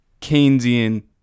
Keynesian